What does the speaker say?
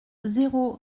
zéro